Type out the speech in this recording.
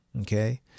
Okay